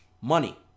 money